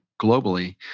globally